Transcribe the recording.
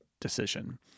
decision